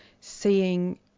seeing